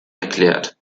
erklärt